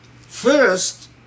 First